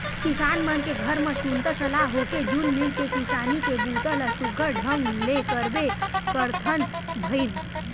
किसान मन के घर म सुनता सलाह होके जुल मिल के किसानी के बूता ल सुग्घर ढंग ले करबे करथन भईर